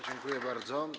Dziękuję bardzo.